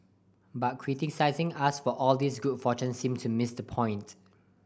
but criticising us for all this good fortune seems to miss the point